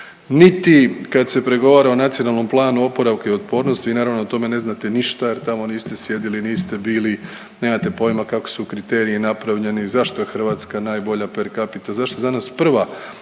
niti kad se pregovara o Nacionalnom planu oporavka i otpornosti vi naravno o tome ne znate ništa jer tamo niste sjedili, niste bili, nemate pojma kako su kriteriji napravljeni, zašto je Hrvatska najbolja per capita, zašto je danas prva